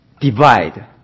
divide